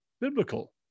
biblical